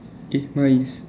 eh my is